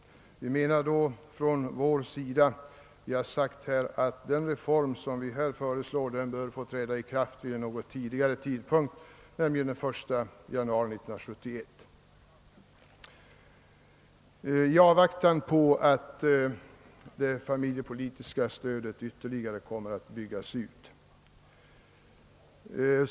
För vår del har vi uttalat att den reform som vi föreslår bör få träda i kraft något tidigare, nämligen den 1 januari 1971, i avvaktan på att det familjepolitiska stödet ytterligare kommer att byggas ut.